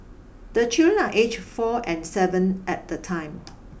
the children are aged four and seven at the time